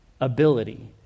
ability